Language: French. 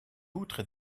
outre